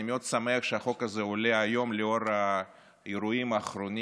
אני מאוד שמח שהחוק הזה עולה היום לאור האירועים האחרונים